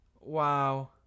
wow